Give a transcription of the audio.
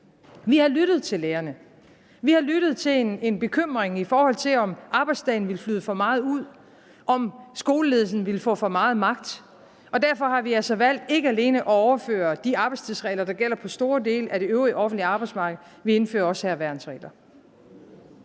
Vi har lyttet til lærerne. Vi har lyttet til en bekymring i forhold til, om arbejdsdagen ville flyde for meget ud, om skoleledelsen ville få for meget magt. Derfor har vi altså valgt ikke alene at overføre de arbejdstidsregler, der gælder på store dele af det øvrige offentlige arbejdsmarked, men vi indfører også værnsregler.